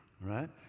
Right